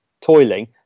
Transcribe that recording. toiling